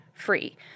free